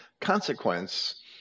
consequence